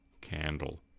candle